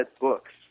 books